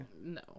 no